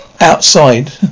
outside